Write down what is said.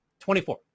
24